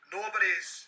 Nobody's